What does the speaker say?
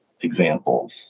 examples